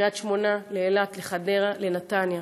לקריית שמונה, לאילת, לחדרה, לנתניה.